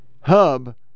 hub